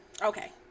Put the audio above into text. Okay